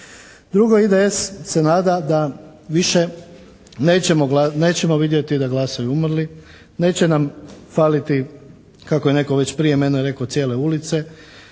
Drugo, IDS se nada da više nećemo vidjeti da glasaju umrli, neće nam faliti, kako je netko već prije mene rekao, cijele ulice.